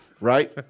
Right